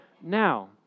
now